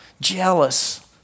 jealous